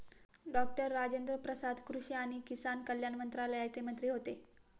doctor Rajendra Prasad कृषी आणि किसान कल्याण मंत्रालयाचे मंत्री होते